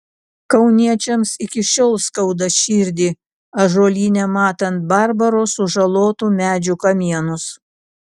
kauniečiams iki šiol skauda širdį ąžuolyne matant barbaro sužalotų medžių kamienus